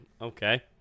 Okay